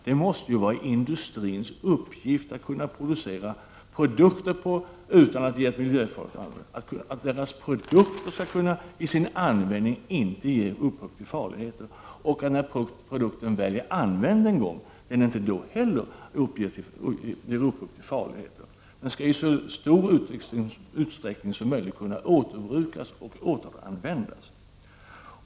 Det måste vara industrins uppgift att producera varor utan miljöfarligt avfall, att se till att deras produkter i sin användning inte heller ger upphov till farligheter och att produkten, när den väl är använd en gång, inte heller då ger upphov till farligheter. Produkterna skall i så stor utsträckning som möjligt kunna återanvändas och återbrukas.